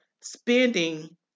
spending